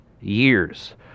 years